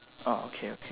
okay okay